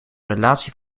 relatie